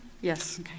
Yes